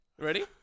ready